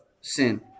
sin